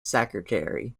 secretary